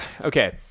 okay